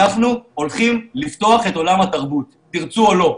אנחנו הולכים לפתוח את עולם התרבות, תרצו או לא.